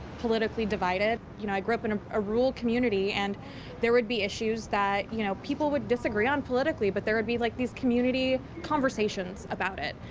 politically divided. you know i grew up in a ah rural community, and there would be issues that you know people would disagree on politically, but there would be, like, these community conversations about it.